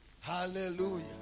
Hallelujah